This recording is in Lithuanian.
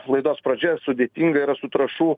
laidos pradžioje sudėtinga yra su trąšų